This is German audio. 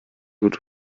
gut